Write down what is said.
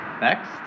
Next